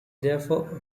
therefore